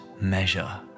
measure